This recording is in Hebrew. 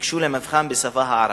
ניגשו למבחן בשפה הערבית,